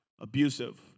abusive